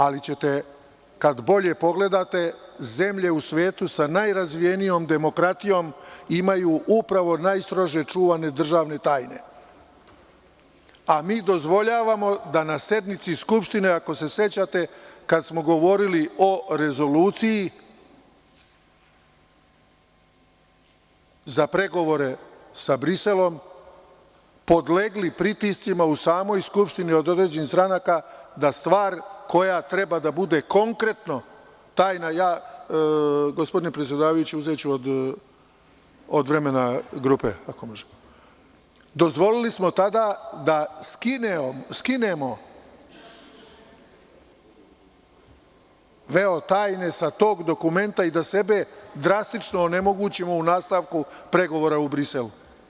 Ali, kad bolje pogledate, zemlje u svetu sa najrazvijenijom demokratijom imaju upravo najstrože čuvane državne tajne, a mi dozvoljavamo da na sednici Skupštine, ako se sećate, kada smo govorili o Rezoluciji za pregovore sa Briselom, podlegli pritiscima u samoj Skupštini od određenih stranaka, da stvar koja treba da bude konkretno tajna, gospodine predsedavajući, uzeću od vremena poslaničke grupe, dozvolili smo tada da skinemo veo tajne sa tog dokumenta i da sebe drastično onemogućimo u nastavku pregovora u Briselu.